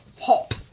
Hop